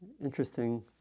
Interesting